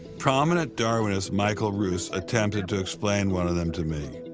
prominent darwinist michael ruse attempted to explain one of them to me.